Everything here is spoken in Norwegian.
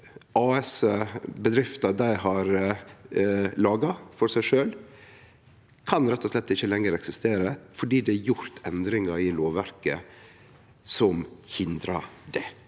bedrifta, dei har laga for seg sjølve, kan rett og slett ikkje lenger eksistere, fordi det er gjort endringar i lovverket som hindrar det.